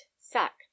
sack